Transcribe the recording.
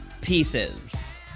pieces